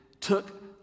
took